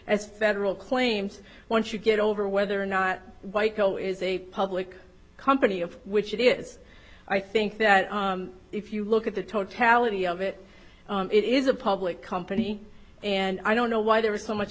as federal claims once you get over whether or not white go is a public company of which it is i think that if you look at the totality of it it is a public company and i don't know why there was so much